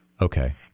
Okay